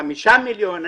חמישה מיליון,